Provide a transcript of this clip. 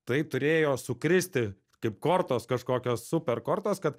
tai turėjo sukristi kaip kortos kažkokios super kortos kad